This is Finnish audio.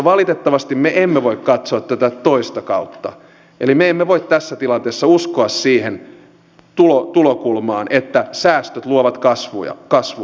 valitettavasti me emme voi katsoa tätä toista kautta eli me emme voi tässä tilanteessa uskoa siihen tulokulmaan että säästöt luovat kasvua